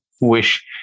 wish